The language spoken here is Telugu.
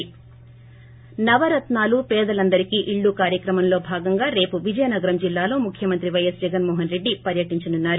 నవరత్నాలు పేదలందరికీ ఇళ్లు కార్యక్రమంలో భాగంగా రేపు విజయనగరం జిల్లాలో ముఖ్యమంత్రి పైఎస్ జగన్మోహన్రెడ్డి పర్యటించనున్నారు